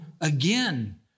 again